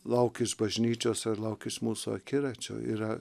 lauk iš bažnyčios ir lauk iš mūsų akiračio yra